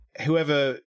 whoever